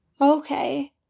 Okay